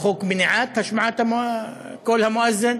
או: חוק מניעת השמעת קול המואזין,